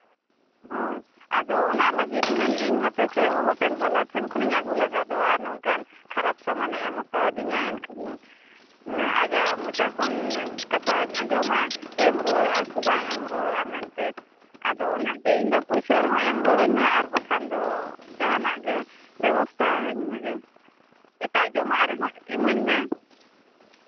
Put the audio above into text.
ᱦᱳᱭ ᱟᱫᱚ ᱚᱱᱟ ᱞᱟᱹᱜᱤᱫ ᱢᱮᱱᱮᱫ ᱤᱧ ᱦᱟᱯᱮ ᱥᱮ ᱦᱳᱴᱮᱞ ᱵᱟᱞᱟ ᱴᱷᱮᱱ ᱠᱷᱚᱱᱤᱧ ᱟᱹᱜᱩ ᱠᱟᱜᱟᱫ ᱫᱚ ᱟᱨ ᱱᱚᱝᱠᱟᱱ ᱠᱷᱟᱨᱟᱯ ᱥᱟᱢᱟᱱ ᱮ ᱮᱢ ᱠᱟᱣᱫᱤᱧᱟᱹ ᱮᱱᱠᱷᱟᱱ ᱟᱡᱟᱜ ᱢᱚᱪᱟ ᱠᱷᱚᱱ ᱠᱟᱛᱷᱟᱧ ᱟᱸᱡᱚᱢᱟ ᱮᱢ ᱨᱩᱣᱟᱹᱲᱚᱜ ᱟᱭ ᱥᱮ ᱵᱟᱭ ᱮᱢ ᱨᱩᱣᱟᱹᱲᱚᱜᱼᱟ ᱢᱮᱱᱛᱮ ᱟᱫᱚ ᱚᱱᱟᱜᱮ ᱤᱧᱫᱚ ᱯᱚᱭᱥᱟᱹ ᱨᱮᱦᱚᱸ ᱮᱢ ᱨᱩᱣᱟᱹᱲᱤᱧ ᱢᱮ ᱟᱨ ᱠᱷᱟᱱ ᱫᱚ ᱡᱟᱦᱟᱱᱟᱜ ᱜᱮ ᱵᱮᱵᱚᱥᱛᱷᱟ ᱟᱹᱧ ᱢᱮᱜᱮ ᱮᱴᱟᱜ ᱡᱚᱢᱟᱜ ᱨᱮᱦᱚᱸ ᱮᱢᱟᱹᱧ ᱢᱮ